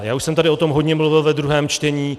Já už jsem tady o tom hodně mluvil ve druhém čtení.